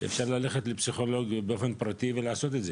אפשר ללכת לפסיכולוג באופן פרטי ולעשות את זה.